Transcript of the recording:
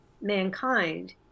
mankind—